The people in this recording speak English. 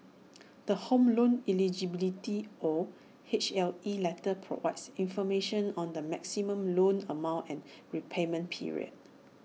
the home loan eligibility or H L E letter provides information on the maximum loan amount and repayment period